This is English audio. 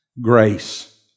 grace